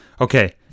Okay